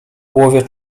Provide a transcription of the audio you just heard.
głowie